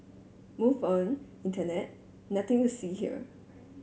move on internet nothing to see here